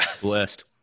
Blessed